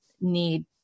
need